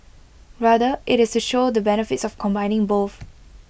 rather IT is to show the benefits of combining both